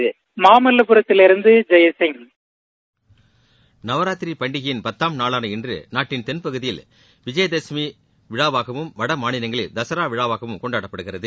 மாமல்லபுரத்திலிருந்து ஜெய்சிங் நவராத்திரி பண்டிகையின் பத்தாம் நாளான இன்று நாட்டின் தென்பகுதியில் விஜயதசமி விழாவாகவும் வடமாநிலங்களில் தசரா விழாவாகவும் கொண்டாடப்படுகிறது